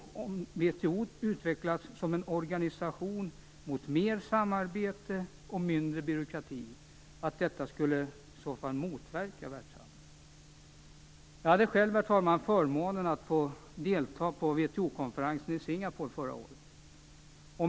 Jag kan inte se att WTO, om det utvecklas som en organisation mot mer samarbete och mindre byråkrati, skulle motverka världshandeln. Jag hade själv, herr talman, förmånen att få delta på WTO-konferensen i Singapore förra året.